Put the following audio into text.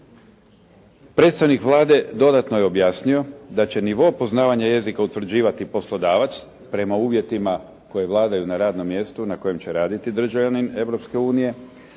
Predstavnik Vlade dodatno je objasnio da će nivo poznavanja jezika utvrđivati poslodavac prema uvjetima koji vladaju na radnom mjestu na kojem će raditi državljanin